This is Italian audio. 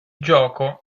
gioco